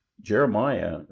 Jeremiah